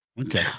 Okay